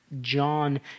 John